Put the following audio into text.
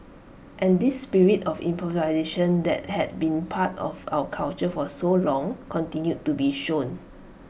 and this spirit of improvisation that had been part of our culture for so long continued to be shown